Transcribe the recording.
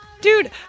dude